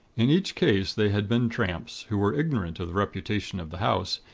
in each case they had been tramps, who were ignorant of the reputation of the house,